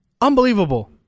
Unbelievable